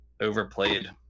overplayed